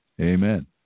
Amen